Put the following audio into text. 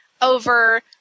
over